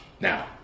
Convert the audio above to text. now